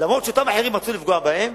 למרות שאותם אחרים רצו לפגוע בהם,